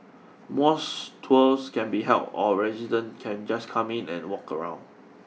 mosque tours can be held or resident can just come in and walk around